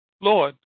Lord